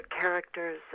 characters